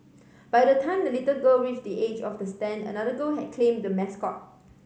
by the time the little girl reach the edge of the stand another girl had claimed the mascot